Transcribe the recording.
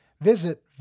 visit